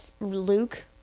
Luke